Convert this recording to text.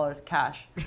cash